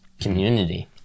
community